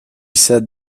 said